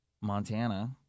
Montana